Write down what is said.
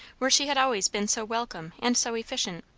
where she had always been so welcome and so efficient?